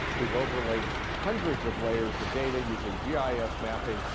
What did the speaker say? we've overlaid hundreds of layers of data using gis mapping,